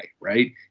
right